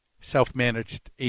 self-managed